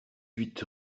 huit